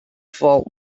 folk